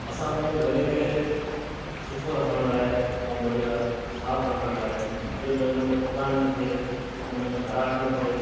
असां पंहिंजे गले खे सुठो रखण लाइ ऐं बढ़िया साफ़ु रखण लाइ जीअं भई हुन में थकान न थिए हुन में ख़राश न थिए